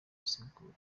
asigura